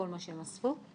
כל מה שהם אספו,